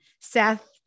Seth